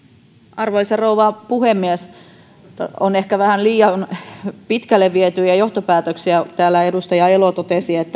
arvoisa rouva puhemies on ehkä vähän liian pitkälle vietyjä johtopäätöksiä täällä edustaja elo totesi että